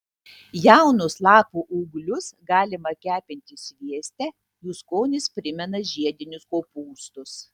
jaunus lapų ūglius galima kepinti svieste jų skonis primena žiedinius kopūstus